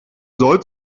soll